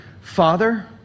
Father